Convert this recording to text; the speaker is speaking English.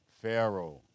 Pharaoh